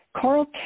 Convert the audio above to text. Carl